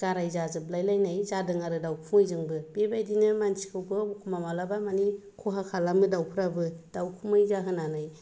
गाराय जाजोबलाय लायनाय जादों आरो दाउखुमैजोंबो बेबायदिनो मानसिखौबो एखनब्ला माब्लाबा माने खहा खालामो दाउफोराबो दाउखुमै जाहोनानै